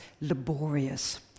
laborious